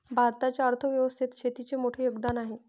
भारताच्या अर्थ व्यवस्थेत शेतीचे मोठे योगदान आहे